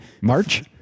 March